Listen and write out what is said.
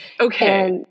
Okay